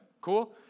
Cool